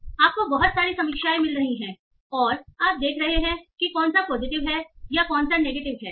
इसलिए आपको बहुत सारी समीक्षाएं मिल रही हैं और आप देख रहे हैं कि कौन सा पॉजिटिव है कौन सा नेगेटिव है